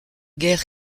guerre